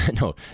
No